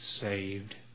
saved